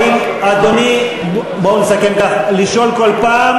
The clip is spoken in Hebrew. האם אדוני, בוא נסכם כך: לשאול כל פעם?